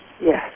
Yes